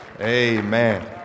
Amen